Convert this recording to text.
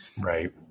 Right